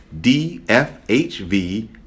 dfhv